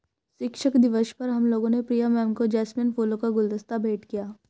शिक्षक दिवस पर हम लोगों ने प्रिया मैम को जैस्मिन फूलों का गुलदस्ता भेंट किया